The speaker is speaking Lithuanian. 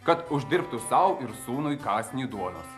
kad uždirbtų sau ir sūnui kąsnį duonos